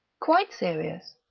quite serious.